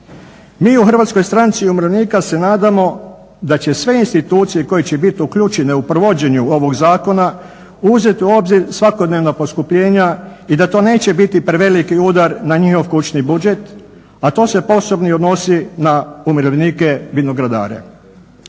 Mi u HSU se nadamo da će sve institucije koje će biti uključene u provođenju ovog zakona uzeti u obzir svakodnevna poskupljenja i da to neće biti preveliki udar na njihov kućni budžet, a to se posebno odnosi na umirovljenike vinogradare.